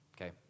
okay